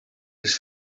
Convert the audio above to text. les